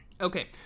Okay